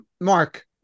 Mark